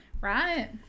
Right